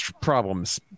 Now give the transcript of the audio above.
problems